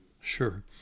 Sure